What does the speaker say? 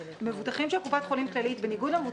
יכולים ללכת לרופא אחר במהלך אותו רבעון,